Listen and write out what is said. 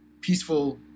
peaceful